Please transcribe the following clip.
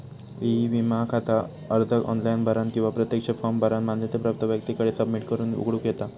E विमा खाता अर्ज ऑनलाइन भरानं किंवा प्रत्यक्ष फॉर्म भरानं मान्यता प्राप्त व्यक्तीकडे सबमिट करून उघडूक येता